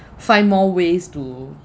find more ways to